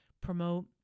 promote